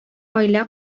гаилә